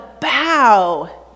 bow